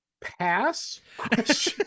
pass